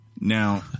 Now